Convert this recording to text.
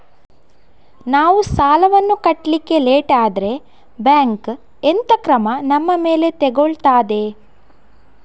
ನಾವು ಸಾಲ ವನ್ನು ಕಟ್ಲಿಕ್ಕೆ ಲೇಟ್ ಆದ್ರೆ ಬ್ಯಾಂಕ್ ಎಂತ ಕ್ರಮ ನಮ್ಮ ಮೇಲೆ ತೆಗೊಳ್ತಾದೆ?